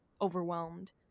overwhelmed